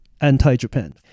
anti-Japan